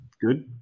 Good